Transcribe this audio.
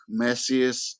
messiest